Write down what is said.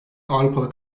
avrupalı